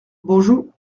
bonjou